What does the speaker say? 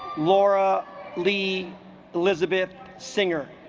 laura lee elizabeth singer